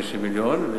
50 מיליון,